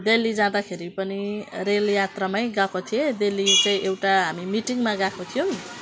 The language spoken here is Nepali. दिल्ली जाँदाखेरि पनि रेलयात्रामै गएको थिएँ दिल्ली चाहिँ एउटा हामी मिटिङमा गएको थियौँ